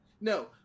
No